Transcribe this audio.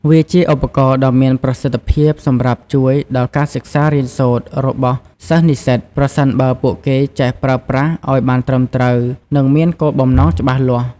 វាជាឧបករណ៍ដ៏មានប្រសិទ្ធភាពសម្រាប់ជួយដល់ការសិក្សារៀនសូត្ររបស់សិស្សនិស្សិត ប្រសិនបើពួកគេចេះប្រើប្រាស់ឲ្យបានត្រឹមត្រូវ និងមានគោលបំណងច្បាស់លាស់។